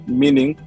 meaning